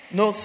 no